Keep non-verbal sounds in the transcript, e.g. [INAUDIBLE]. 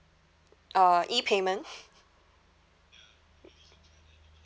uh E payment [LAUGHS]